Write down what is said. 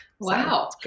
Wow